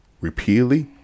repeatedly